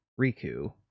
Riku